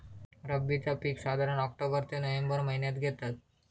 रब्बीचा पीक साधारण ऑक्टोबर ते नोव्हेंबर महिन्यात घेतत